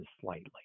slightly